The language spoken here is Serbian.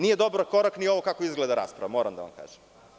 Nije dobar korak ni ovo kako izgleda rasprava, moram da vam kažem.